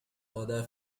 other